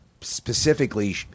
specifically